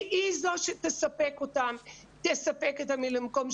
שהיא זו שתספק את מילוי המקום,